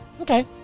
okay